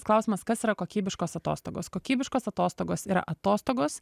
klausimas kas yra kokybiškos atostogos kokybiškos atostogos yra atostogos